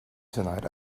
tonight